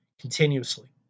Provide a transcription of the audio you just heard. continuously